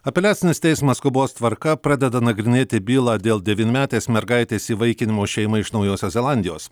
apeliacinis teismas skubos tvarka pradeda nagrinėti bylą dėl devynmetės mergaitės įvaikinimo šeimai iš naujosios zelandijos